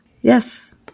Yes